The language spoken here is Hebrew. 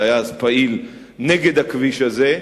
שהיה אז פעיל נגד הכביש הזה,